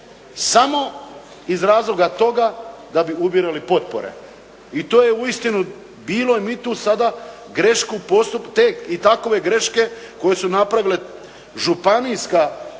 samo iz razloga toga da bi ubirali potpore. I to je uistinu bilo i mi tu sada grešku i takove greške koje su napravile županijske komisije